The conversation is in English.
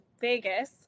Vegas